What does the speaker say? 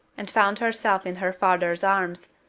and found herself in her father's arms,